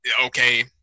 Okay